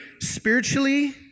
spiritually